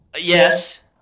Yes